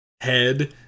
head